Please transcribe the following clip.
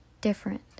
different